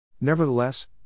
Nevertheless